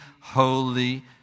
Holy